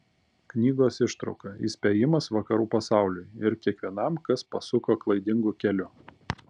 knygos ištrauka įspėjimas vakarų pasauliui ir kiekvienam kas pasuko klaidingu keliu